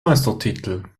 meistertitel